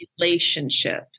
relationship